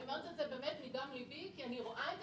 זה סרט שאדם עשה